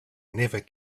never